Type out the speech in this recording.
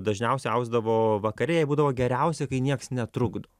dažniausia ausdavo vakare jai būdavo geriausia kai nieks netrukdo